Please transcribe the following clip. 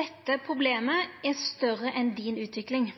Dette problemet er større enn Din Utvikling.